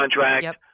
contract